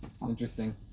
Interesting